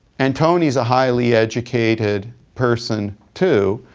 and tony's a highly educated person, too.